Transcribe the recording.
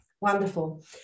Wonderful